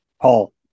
Paul